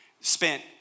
spent